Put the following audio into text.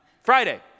Friday